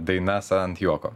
dainas ant juoko